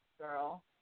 girl